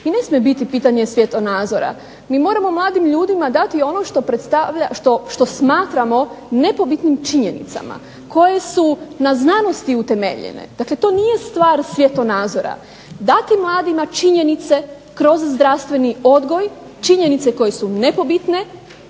i ne smije biti pitanje svjetonazora. Mi moramo mladim ljudima dati ono što smatramo nepobitnim činjenicama koje su na znanosti utemeljene. Dakle, to nije stvar svjetonazora. Dati mladima činjenice kroz zdravstveni odgoj, činjenice koje su nepobitne